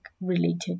related